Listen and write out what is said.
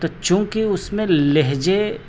تو چونکہ اس میں لہجے